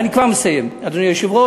אני כבר מסיים, אדוני היושב-ראש.